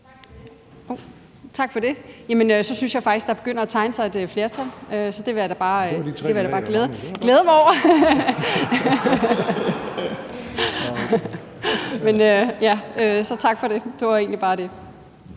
Tak for det. Jamen så synes jeg faktisk, at der begynder at tegne sig et flertal, så det vil jeg da bare glæde mig over. Så tak for det. Det var egentlig bare det.